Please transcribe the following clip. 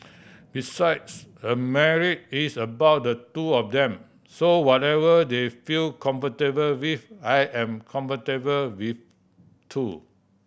besides a marriage is about the two of them so whatever they feel comfortable with I am comfortable with too